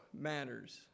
matters